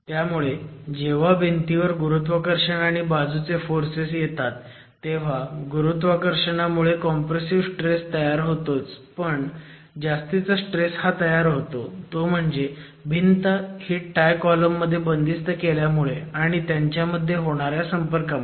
त्यामुळे जेव्हा भिंतीवर गुरुत्वाकर्षण आणि बाजूचे फोर्स येतात तेव्हा गुरुत्वाकर्षणामुळे कॉम्प्रेसिव्ह स्ट्रेस तयार होतोच पण जास्तीचा स्ट्रेस हा तयार होतो तो म्हणजे भिंत ही टाय कॉलम मध्ये बंदिस्त केल्यामुळे आणि त्यांच्यामध्ये होणाऱ्या संपर्कामुळे